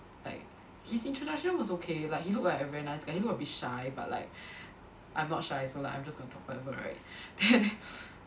like his introduction was okay like he look like a very nice guy he look a bit shy but like I'm not shy so I'm just gonna talk whatever right